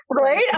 Right